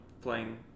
playing